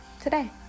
today